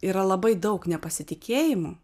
yra labai daug nepasitikėjimų